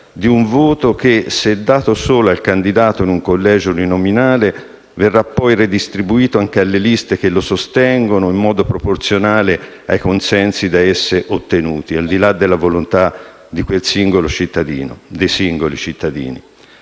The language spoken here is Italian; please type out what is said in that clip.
di un voto che, se dato solo al candidato in un collegio uninominale, verrà poi redistribuito anche alle liste che lo sostengono, in modo proporzionale ai consensi da esse ottenuti, al di là della volontà dei singoli cittadini. Si dice che